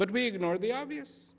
but we ignore the obvious